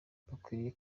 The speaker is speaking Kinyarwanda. bakwiriye